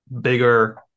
bigger